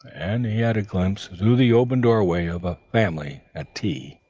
and he had a glimpse through the open doorway of a family at tea.